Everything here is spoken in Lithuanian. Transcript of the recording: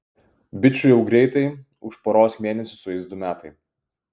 bičui jau greitai už poros mėnesių sueis du metai